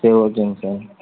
சரி ஓகேங்க சார்